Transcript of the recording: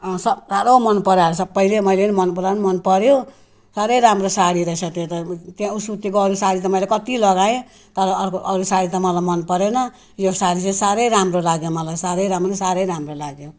अँ सब साह्रो मन परायो सबैले मैले पनि मन पराएँ मन पऱ्यो साह्रै राम्रो साडी रहेछ त्यो त त्यहाँ ऊ सुतीको अरू साडी त मैले कति लगाएँ तर अरू अरू साडी त मलाई मन परेन यो साडी चाहिँ साह्रै राम्रो लाग्यो मलाई साह्रै राम्रो साह्रै राम्रो लाग्यो